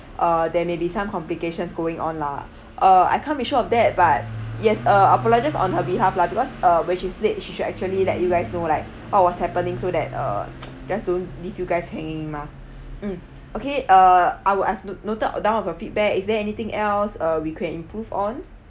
err there may be some complications going on lah err I can't be sure of that but yes uh apologize on her behalf lah because uh when she speak she should actually let you guys know like what was happening so that err just don't leave you guys hanging mah mm okay uh I will I've noted down of your feedback is there anything else err we can improve on